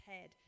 head